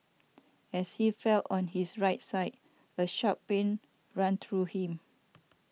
as he fell on his right side a sharp pain ran through him